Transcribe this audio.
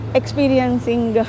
experiencing